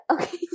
Okay